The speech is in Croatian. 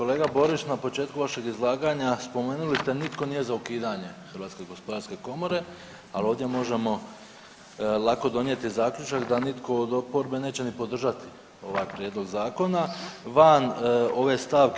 Kolega Borić, na početku vašeg izlaganja spomenuli ste nitko nije za ukidanje Hrvatske gospodarske komore, ali ovdje možemo lako donijeti zaključak da nitko od oporbe neće ni podržati ovaj prijedlog zakona van ove stavke.